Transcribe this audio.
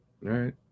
right